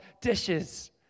dishes